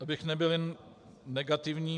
Abych nebyl jen negativní.